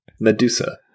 Medusa